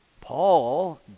Paul